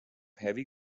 heavy